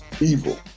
evil